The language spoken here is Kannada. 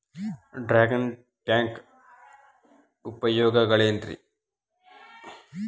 ಡ್ರ್ಯಾಗನ್ ಟ್ಯಾಂಕ್ ಉಪಯೋಗಗಳೆನ್ರಿ?